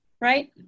Right